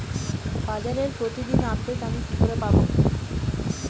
বাজারের প্রতিদিন আপডেট আমি কি করে পাবো?